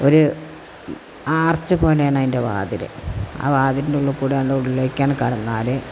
ഒരു ആർച്ച് പോലെയാണ് അതിൻ്റെ വാതില് ആ വാതിലിനുള്ളിൽക്കൂടെ അതിന്റെ ഉള്ളിലേക്ക് കടന്നാല്